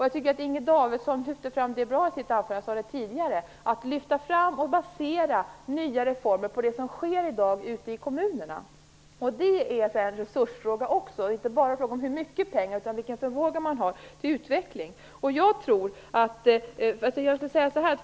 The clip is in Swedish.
Jag tycker, som jag redan tidigare har sagt, att Inger Davidson i sitt anförande på ett bra sätt lyfte fram detta att basera nya reformer på det som i dag sker ute i kommunerna. Det är också en resursfråga; det är inte bara fråga om hur mycket pengar man har utan om vilken förmåga man har till utveckling.